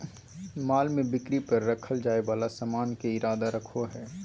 माल में बिक्री पर रखल जाय वाला सामान के इरादा रखो हइ